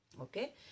Okay